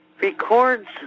records